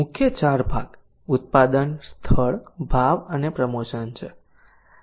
મુખ્ય 4 ભાગ ઉત્પાદન સ્થળ ભાવ અને પ્રમોશન છે